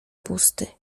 pusty